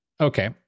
Okay